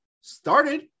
started